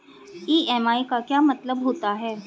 EMI का क्या मतलब होता है?